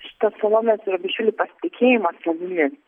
šitas salomės zurabišvili pasitikėjimą savimi